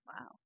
wow